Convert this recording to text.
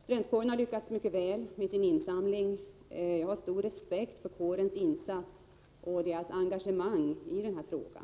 Studentkåren har lyckats mycket väl med sin insamling. Jag har stor respekt för kårens insatser och dess engagemang i den här frågan.